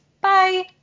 Bye